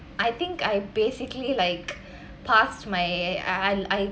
I think I basically like pass my I I